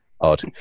odd